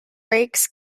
breaks